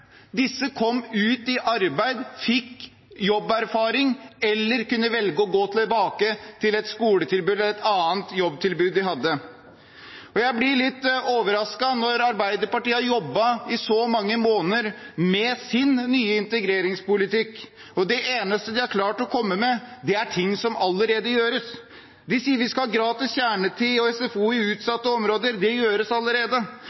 Disse kom ut i arbeid, fikk jobberfaring eller kunne velge å gå tilbake til et skoletilbud eller et annet jobbtilbud de hadde. Jeg blir litt overrasket når Arbeiderpartiet har jobbet i så mange måneder med sin nye integreringspolitikk og det eneste de har klart å komme med, er ting som allerede gjøres. De sier vi skal ha gratis kjernetid i SFO i utsatte områder – det gjøres allerede.